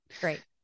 great